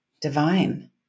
divine